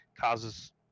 causes